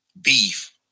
beef